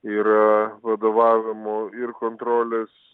ir vadovavimo ir kontrolės